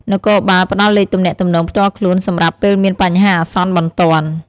នគរបាលផ្តល់លេខទំនាក់ទំនងផ្ទាល់ខ្លួន សម្រាប់ពេលមានបញ្ហាអាសន្នបន្ទាន់។